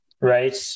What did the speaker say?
right